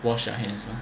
wash your hands